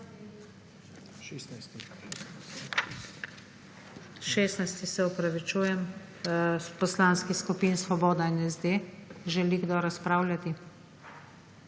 16.